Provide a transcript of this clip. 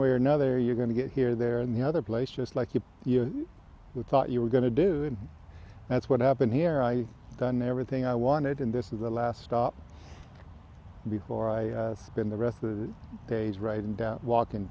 way or another you're going to get here there in the other place just like you were taught you were going to do and that's what happened here i done everything i wanted and this is the last stop before i spend the rest of the days writing down